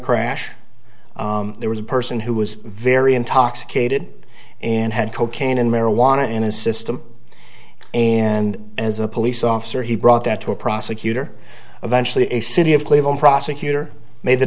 crash there was a person who was very intoxicated and had cocaine and marijuana in his system and as a police officer he brought that to a prosecutor eventually a city of cleveland prosecutor made the